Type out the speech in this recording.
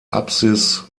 apsis